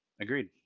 Agreed